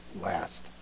last